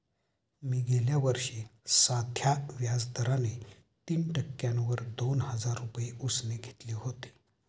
मी गेल्या वर्षी साध्या व्याज दराने तीन टक्क्यांवर दोन हजार रुपये उसने घेतले होते